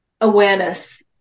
awareness